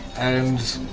and